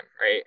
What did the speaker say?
right